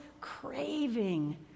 craving